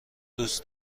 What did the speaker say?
دوست